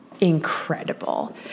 incredible